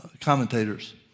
commentators